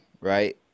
right